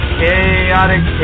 Chaotic